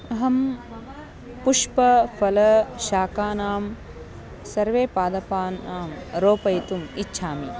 अहं पुष्पफलशाकानां सर्वे पादपान् रोपयितुम् इच्छामि